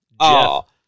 Jeff